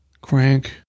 Crank